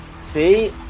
See